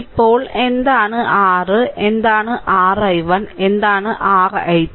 ഇപ്പോൾ എന്താണ് r എന്താണ് r i1 എന്താണ് r i2